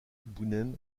boonen